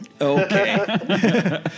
Okay